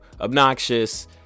obnoxious